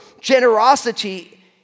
generosity